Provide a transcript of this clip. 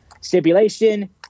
Stipulation